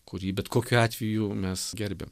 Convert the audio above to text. kurį bet kokiu atveju mes gerbiam